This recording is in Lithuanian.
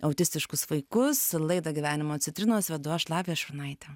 autistiškus vaikus laidą gyvenimo citrinos vedu aš lavija šurnaitė